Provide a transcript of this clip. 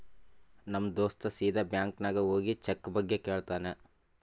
ನಮ್ ದೋಸ್ತ ಸೀದಾ ಬ್ಯಾಂಕ್ ನಾಗ್ ಹೋಗಿ ಚೆಕ್ ಬಗ್ಗೆ ಕೇಳ್ತಾನ್